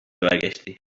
برگشتی